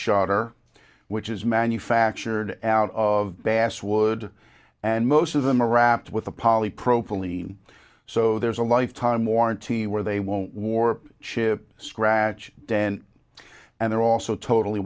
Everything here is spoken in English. shutter which is manufactured out of basswood and most of them are wrapped with a polypropylene so there's a lifetime warranty where they won't warp chip scratch dent and they're also totally